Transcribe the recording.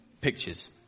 pictures